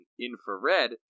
infrared